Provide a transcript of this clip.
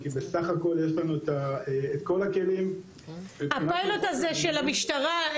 כי בסך הכל יש לנו את כל הכלים --- את הפיילוט הזה של המשטרה,